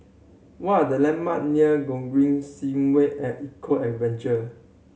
what are the landmark near Gogreen Segway At Eco Adventure